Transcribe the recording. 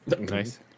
Nice